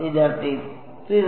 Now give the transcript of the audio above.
വിദ്യാർത്ഥി 0